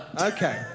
Okay